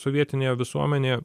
sovietinėje visuomenėje